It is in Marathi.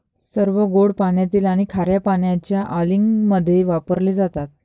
सर्व गोड पाण्यातील आणि खार्या पाण्याच्या अँलिंगमध्ये वापरले जातात